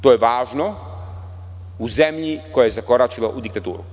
To je važno u zemlji koja je zakoračila u diktaturu.